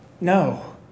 no